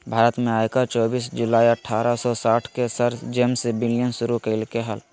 भारत में आयकर चोबीस जुलाई अठारह सौ साठ के सर जेम्स विल्सन शुरू कइल्के हल